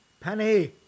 Penny